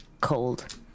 cold